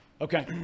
Okay